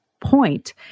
point